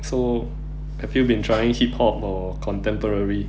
so have you been trying hip hop or contemporary